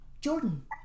Jordan